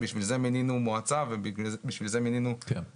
לכך מינינו מועצה ולכך מינינו ועדת השקעות,